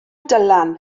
dylan